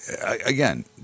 Again